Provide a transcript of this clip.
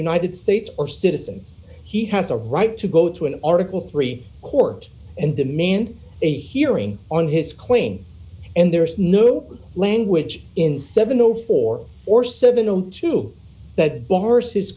united states or citizens he has a right to go to an article three court and demand a hearing on his claim and there is no language in seven o four or seven o two that boris his